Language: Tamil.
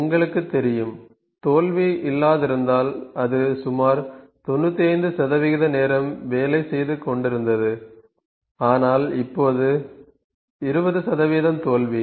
உங்களுக்குத் தெரியும் தோல்வி இல்லாதிருந்தால் அது சுமார் 95 சதவிகித நேரம் வேலை செய்து கொண்டிருந்தது ஆனால் இப்போது 20 தோல்வி